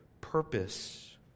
purpose